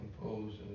composed